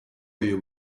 you